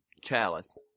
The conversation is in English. chalice